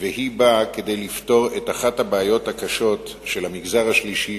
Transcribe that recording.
והיא באה לפתור את אחת הבעיות הקשות של המגזר השלישי,